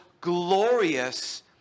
glorious